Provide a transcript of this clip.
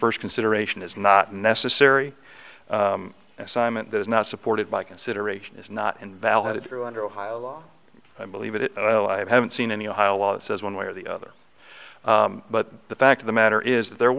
first consideration is not a necessary assignment that is not supported by consideration is not invalidated through under ohio law i believe it i know i haven't seen any ohio law that says one way or the other but the fact of the matter is that there